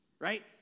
right